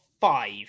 five